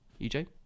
EJ